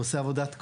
ועושה עבודת קודש.